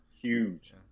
Huge